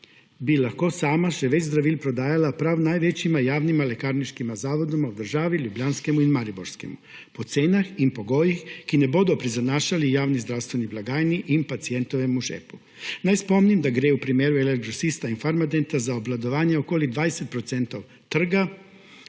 bi lahko sama še več zdravil prodajala prav največjima javnima lekarniškima zavodoma v državi, ljubljanskemu in mariborskemu, po cenah in pogojih, ki ne bodo prizanašali javni zdravstveni blagajni in pacientovemu žepu. Naj spomnim, da gre v primeru LL Grosista in Farmadenta za obvladovanje okoli 20 % trga,